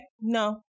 no